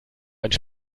einen